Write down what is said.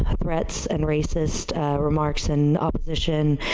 ah threats and racist remarks and opposition,